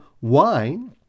wine